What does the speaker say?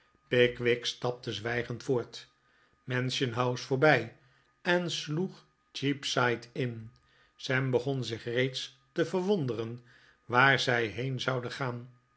te zwijgend voort mansion-house voorbij en sloeg cheapside in sam begon zich reeds te verwonderen waar zij heen zouden gaan